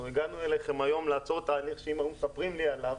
אנחנו הגענו אליכם היום לעצור תהליך שאם היו מספרים לי עליו